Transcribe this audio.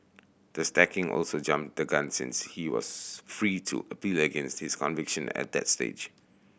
the sacking also jumped the gun since he was free to appeal against his conviction at that stage